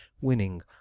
winning